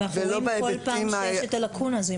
אבל אנחנו רואים כל פעם שיש את הלקונה הזו.